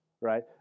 right